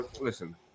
Listen